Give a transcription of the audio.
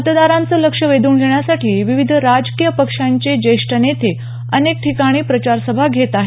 मतदारांचं लक्ष वेधून घेण्यासाठी विविध राजकीय पक्षांचे ज्येष्ठ नेते अनेक ठिकाणी प्रचारसभा घेत आहेत